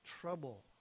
trouble